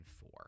four